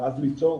ואז לפתוח